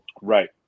Right